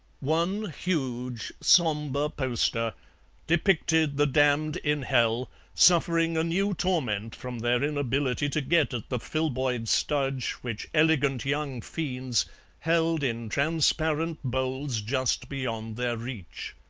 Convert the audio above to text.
one huge sombre poster depicted the damned in hell suffering a new torment from their inability to get at the filboid studge which elegant young fiends held in transparent bowls just beyond their reach.